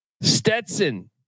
Stetson